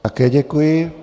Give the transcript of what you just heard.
Také děkuji.